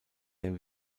der